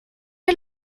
est